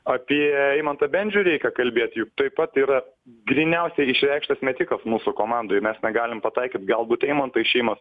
apie eimantą bendžių reikia kalbėt juk taip pat yra gryniausia išreikštas metikas mūsų komandoj mes negalim pataikyt galbūt eimanto išėjimas